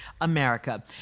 America